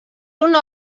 una